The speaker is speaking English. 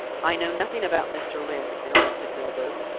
i know nothing about mr. lyne, interrupted milburgh,